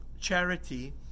charity